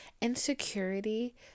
Insecurity